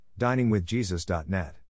DiningWithJesus.net